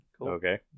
Okay